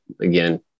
Again